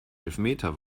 elfmeter